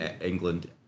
England